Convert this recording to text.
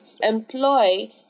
Employ